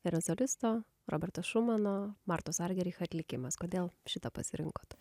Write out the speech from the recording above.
erasolisto roberto šumano marto sargericha atlikimas kodėl šitą pasirinkot